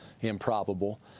improbable